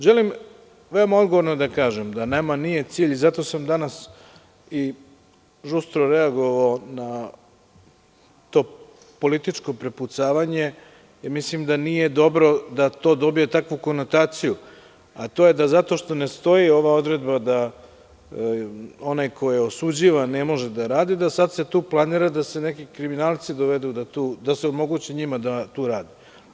Želim veoma odgovorno da kažem da nama nije cilj, zato sam danas i žustro reagovao na to političko prepucavanje i mislim da nije dobro da to dobije takvu konotaciju, a to je da zato što ne stoji ova odredba da onaj ko je osuđivan ne može da radi i da se sada planira da se nekim kriminalcima omogući da rade.